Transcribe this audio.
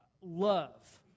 love